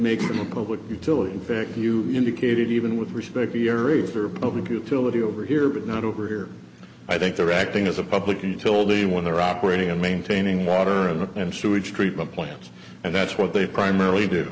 makes him a public utility in fact you indicated even with respect to uri for public utility over here but not over here i think they're acting as a public until the one they're operating and maintaining water and sewage treatment plants and that's what they primarily do